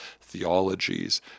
theologies